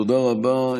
תודה רבה.